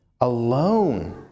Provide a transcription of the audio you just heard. alone